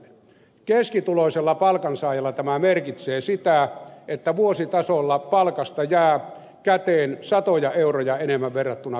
keskituloiselle palkansaajalle tämä merkitsee sitä että vuositasolla palkasta jää käteen satoja euroja enemmän verrattuna kuluvaan vuoteen